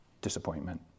disappointment